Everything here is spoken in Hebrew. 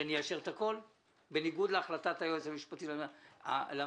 שאני אאשר הכל בניגוד להחלטת היועץ המשפטי לממשלה,